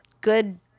good